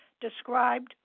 described